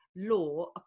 law